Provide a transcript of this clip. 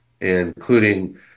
including